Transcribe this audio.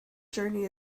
journey